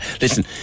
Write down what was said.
Listen